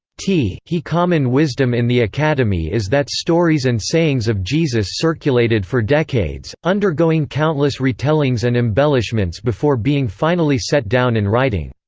t he common wisdom in the academy is that stories and sayings of jesus circulated for decades, undergoing countless retellings and embellishments before being finally set down in writing.